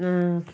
ஆ